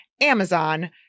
Amazon